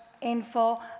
info